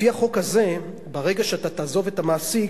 לפי החוק הזה, ברגע שתעזוב את המעסיק,